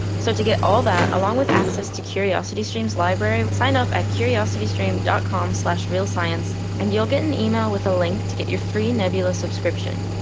so to get all that along with access to curiosity stream's library, sign up at curiositystream dot com slash realscience and you'll get an email with a link to get your free nebula subscription.